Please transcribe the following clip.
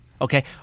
Okay